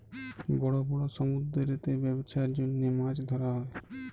বড় বড় সমুদ্দুরেতে ব্যবছার জ্যনহে মাছ ধ্যরা হ্যয়